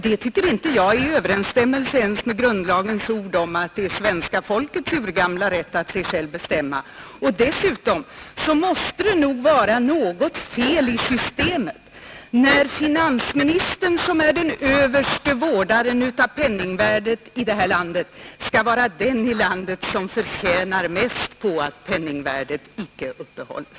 Det tycker inte jag är i överensstämmelse ens med grundlagens ord om svenska folkets urgamla rätt att sig självt beskatta. Dessutom måste det nog vara något fel i systemet när finansministern, som är den överste vårdaren av penningvärdet här i Sverige, skall vara den i landet som förtjänar mest på att penningvärdet icke upprätthålles.